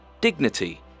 dignity